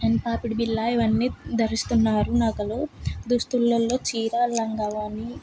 and పాపిడి బిళ్ళ ఇవన్నీ ధరిస్తున్నారు నగలు దుస్తులలో చీర లంగా ఓణీ